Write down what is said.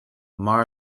mar